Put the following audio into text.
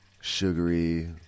sugary